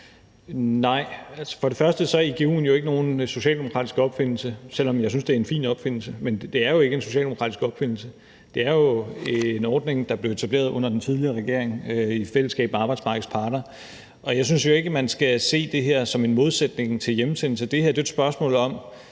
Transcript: Nej, for det første er igu'en jo ikke nogen socialdemokratisk opfindelse, selv om jeg synes, at det er en fin opfindelse. Men det er jo ikke en socialdemokratisk opfindelse; det er en ordning, der blev etableret under den tidligere regering i fællesskab med arbejdsmarkedets parter. Og jeg synes jo ikke, at man skal se det her som en modsætning til hjemsendelse. Det her er et spørgsmål om,